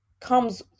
comes